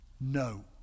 No